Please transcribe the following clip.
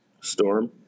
Storm